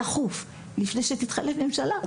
דחוף, לפני שתתחלף ממשלה.